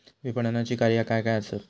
विपणनाची कार्या काय काय आसत?